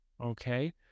okay